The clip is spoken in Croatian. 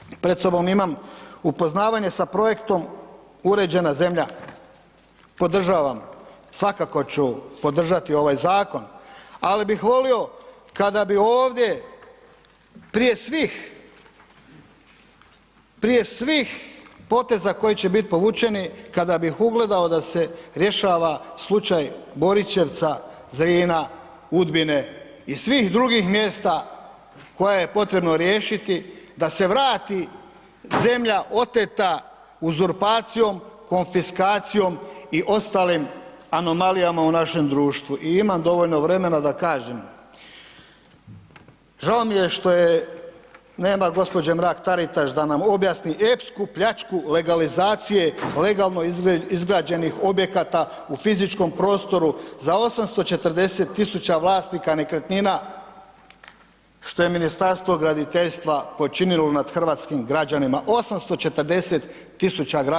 Ja gledam pred sobom imam upoznavanje sa projektom uređena zemlja, podržavam, svakako ću podržati ovaj zakon ali bih volio kada bi ovdje prije svih, Prije svih poteza koji će bit povučeni kada bih ugledao da se rješava slučaj Borićevca, Zrina, Udbine i svih drugih mjesta koja je potrebno riješiti, da se vrati zemlja oteta uzurpacijom, konfiskacijom i ostalim anomalijama u našem društvu i imam dovoljno vremena da kažem, žao mi je što je, nema gđe. Mrak Taritaš da nam objasni epsku pljačku legalizacije legalno izgrađenih objekata u fizičkom prostoru za 840 000 vlasnika nekretnina što je Ministarstvo graditeljstva počinilo nad hrvatskim građanima, 840 000 građana je oštećeno.